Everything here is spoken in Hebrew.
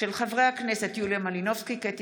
חברי הכנסת יוליה מלינובסקי קונין,